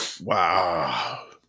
wow